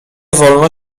wolno